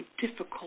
difficult